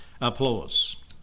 applause